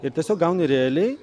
ir tiesiog gauni realiai